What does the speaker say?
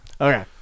Okay